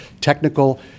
Technical